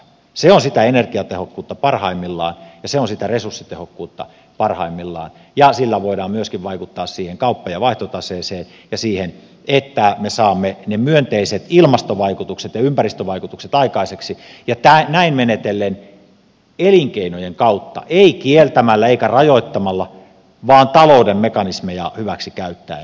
se on sitä energiatehokkuutta parhaimmillaan ja se on sitä resurssitehokkuutta parhaimmillaan ja sillä voidaan myöskin vaikuttaa siihen kauppa ja vaihtotaseeseen ja siihen että me saamme ne myönteiset ilmastovaikutukset ja ympäristövaikutukset aikaiseksi ja näin menetellen elinkeinojen kautta ei kieltämällä eikä rajoittamalla vaan talouden mekanismeja hyväksi käyttäen